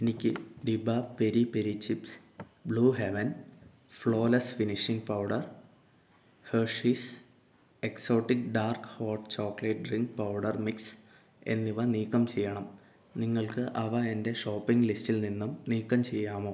എനിക്ക് ഡിബ peri peri chips Blue Heaven flawless finishing powder Hershey's exotic dark hot chocolate drink powder mix എന്നിവ നീക്കം ചെയ്യണം നിങ്ങൾക്ക് അവ എന്റെ ഷോപ്പിംഗ് ലിസ്റ്റിൽ നിന്നും നീക്കം ചെയ്യാമോ